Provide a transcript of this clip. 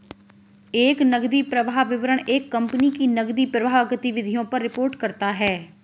एक नकदी प्रवाह विवरण एक कंपनी की नकदी प्रवाह गतिविधियों पर रिपोर्ट करता हैं